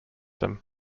them